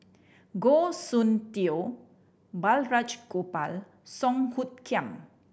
Goh Soon Tioe Balraj Gopal Song Hoot Kiam